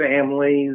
families